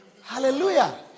Hallelujah